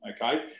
Okay